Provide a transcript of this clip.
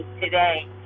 today